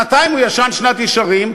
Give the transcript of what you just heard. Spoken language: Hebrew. שנתיים הוא ישן שנת ישרים,